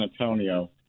Antonio